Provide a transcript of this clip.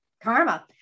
Karma